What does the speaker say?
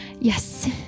Yes